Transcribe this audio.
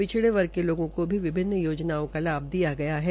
पिछड़ वर्ग के लोगों को भी विभिन्न योजनाओं का लाभ दिया गया है